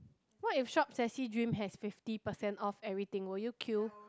what if shop sassy dream has fifty percent off everything would you queue